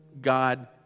God